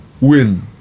win